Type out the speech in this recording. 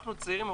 אנחנו צעירים,